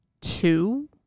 two